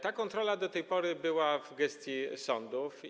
Ta kontrola do tej pory była w gestii sądów.